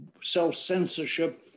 Self-censorship